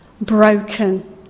broken